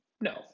No